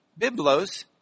Biblos